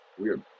weird